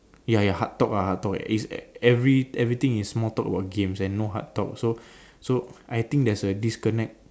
ya ya heart talk lah heart talk is at every everything is more talk about games and no heart talks so so I think there is a disconnect